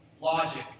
logic